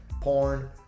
Porn